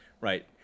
right